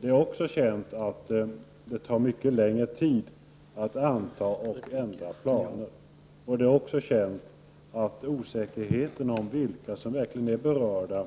Det är också känt att det tar mycket längre tid att anta och ändra planer och att osäkerheten om vilka som verkligen är berörda